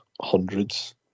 hundreds